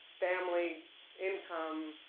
family income,